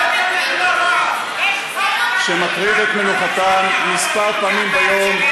שמטרידות את מנוחתם כמה פעמים ביום,